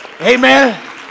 Amen